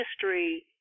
history